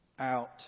out